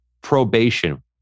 probation